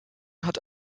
hat